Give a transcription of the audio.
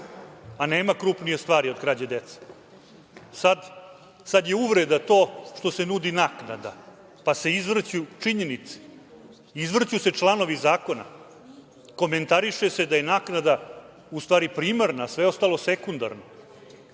a nema krupnije stvari od krađe dece, sada je uvreda to što se nudi naknada, pa se izvrću činjenice, izvrću se članovi zakona, komentariše se da je naknada u stvari primarna, a sve ostali sekundarno. Poštovani